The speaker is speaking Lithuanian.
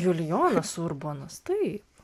julijonas urbonas taip